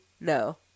No